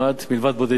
מלבד בודדים,